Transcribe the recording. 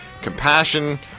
compassion